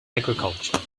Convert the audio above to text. agriculture